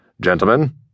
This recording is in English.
Gentlemen